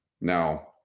Now